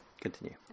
Continue